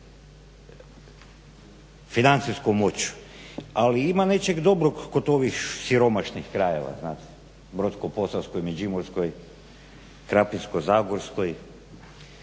financijskom moći ali ima nečeg dobrog kod ovih siromašnih krajeva, znate Brodsko-posavskoj, Međimurskoj, Krapinsko-zagorskoj,